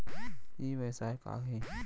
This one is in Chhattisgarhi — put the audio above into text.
ई व्यवसाय का हे?